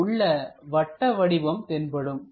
இங்கு உள்ள வட்ட வடிவம் தென்படும்